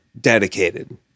dedicated